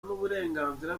n’uburenganzira